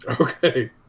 okay